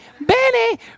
Benny